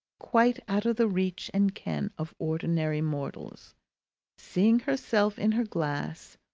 quite out of the reach and ken of ordinary mortals seeing herself in her glass,